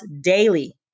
daily